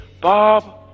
Bob –